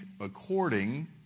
according